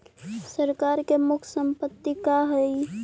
सरकार के मुख्य संपत्ति का हइ?